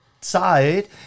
side